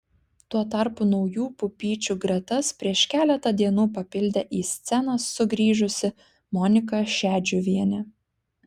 tuo tarpu naujų pupyčių gretas prieš keletą dienų papildė į sceną sugrįžusi monika šedžiuvienė